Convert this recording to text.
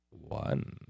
One